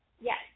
Yes